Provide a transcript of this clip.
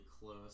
close